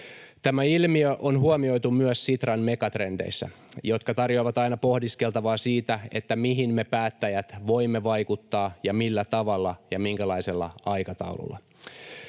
Tämä ilmiö on huomioitu myös Sitran megatrendeissä, jotka tarjoavat aina pohdiskeltavaa siitä, mihin me päättäjät voimme vaikuttaa ja millä tavalla ja minkälaisella aikataululla.